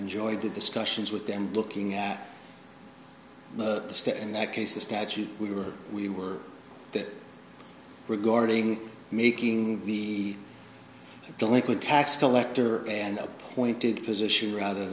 enjoyed the discussions with them looking at the state in that case the statute we were we were that regarding making the delinquent tax collector and appointed position rather